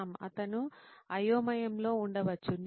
శ్యామ్ అతను అయోమయంలో ఉండవచ్చు